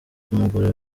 kumugura